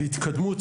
וזו התקדמות.